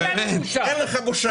אין לנו בושה.